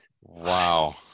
Wow